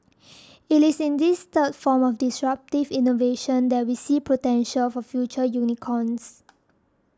it is in this third form of disruptive innovation that we see potential for future unicorns